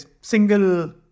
single